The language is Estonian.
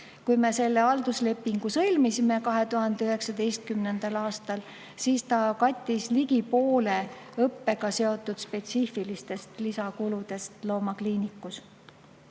aastal selle halduslepingu sõlmisime, siis see kattis ligi poole õppega seotud spetsiifilistest lisakuludest loomakliinikus.